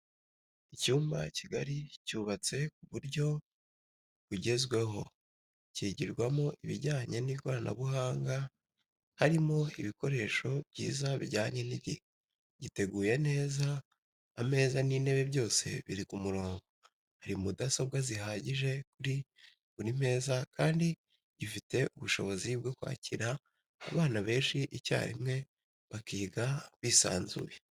Icyumba kigari cyubatse ku buryo bwugezweho kigirwamo ibijyanye n'ikoranabuhanga harimo ibikoresho byiza bijyanye n'igihe, giteguye neza ameza n'intebe byose biri ku murongo ,hari mudasobwa zihagije kuri buri meza kandi gifite ubushobozi bwo kwakira abana benshi icyarimwe bakiga bisanzuye.